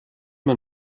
man